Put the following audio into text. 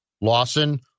Lawson